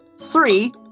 three